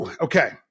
okay